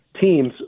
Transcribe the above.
teams